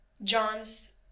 John's